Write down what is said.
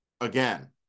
again